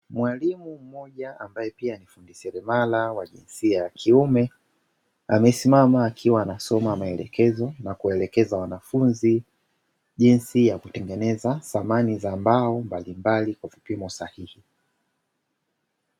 Mwalimu mmoja ambaye pia ni fundi seremala wa jinsia ya kiume amesimama akiwa anasoma maelekezo na kuelekeza, wanafunzi jinsi ya kutengeneza samani za mbao mbalimbali kwa vipimo sahihi.